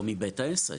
מבית העסק.